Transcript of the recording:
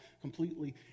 completely